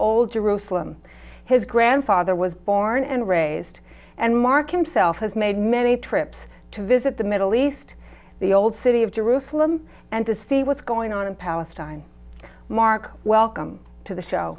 all jerusalem his grandfather was born and raised and mark him self has made many trips to visit the middle east the old city of jerusalem and to see what's going on in palestine mark welcome to the show